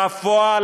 בפועל,